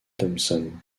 thompson